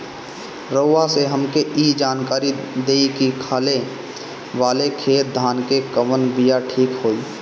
रउआ से हमके ई जानकारी देई की खाले वाले खेत धान के कवन बीया ठीक होई?